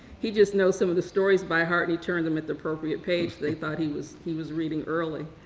he just knows some of the stories by heart and he turned them at the appropriate page. they thought he was he was reading early